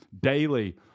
daily